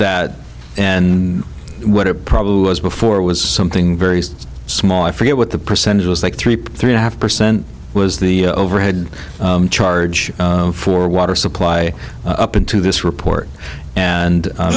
what it probably was before it was something very small i forget what the percentage was like three three and a half percent was the overhead charge for water supply up into this report and